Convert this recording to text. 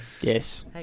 Yes